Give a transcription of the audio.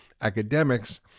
academics